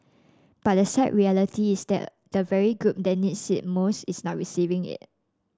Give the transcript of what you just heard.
but the sad reality is that the very group that needs it most is not receiving it